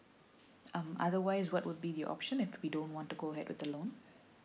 um otherwise what would be the option if we don't want to go ahead with the loan